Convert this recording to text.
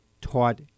taught